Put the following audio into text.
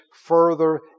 further